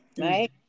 right